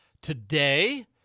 today